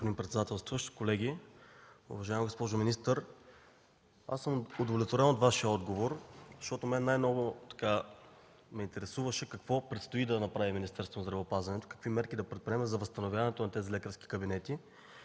колеги! Уважаема госпожо министър, аз съм удовлетворен от Вашия отговор, защото мен най-много ме интересуваше какво предстои да направи Министерството на здравеопазването, какви мерки да предприеме за възстановяването на тези лекарски кабинети.